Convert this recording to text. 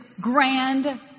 grand